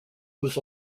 was